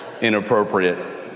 inappropriate